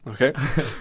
okay